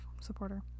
supporter